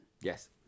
Yes